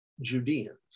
Judeans